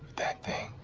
that thing.